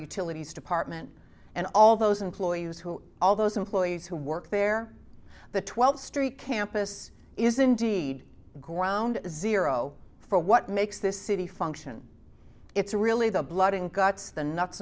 department and all those employees who all those employees who work there the twelve st campus is indeed ground zero for what makes this city function it's really the blood and guts the nuts